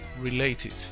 related